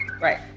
Right